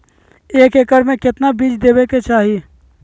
एक एकड़ मे केतना बीज देवे के चाहि?